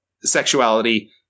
sexuality